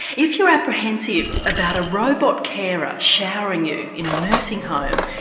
if you're apprehensive about a robot carer showering you in a nursing home,